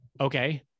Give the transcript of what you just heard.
Okay